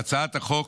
בהצעת החוק